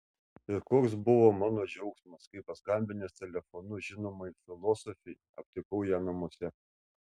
ir koks buvo mano džiaugsmas kai paskambinęs telefonu žinomai filosofei aptikau ją namuose